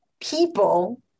people